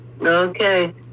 Okay